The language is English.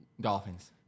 Dolphins